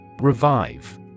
Revive